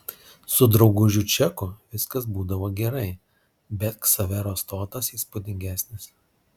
su draugužiu čeku viskas būdavo gerai bet ksavero stotas įspūdingesnis